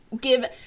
give